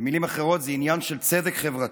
במילים אחרות, זה עניין של צדק חברתי.